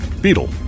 Beetle